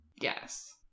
yes